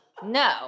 no